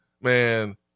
man